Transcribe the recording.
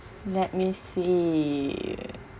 let me see